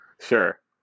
Sure